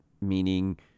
meaning